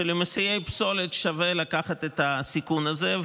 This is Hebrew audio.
שלמסיעי פסולת שווה לקחת את הסיכון הזה.